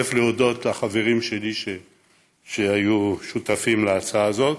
1. להודות לחברים שלי שהיו שותפים להצעה הזאת,